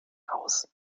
aus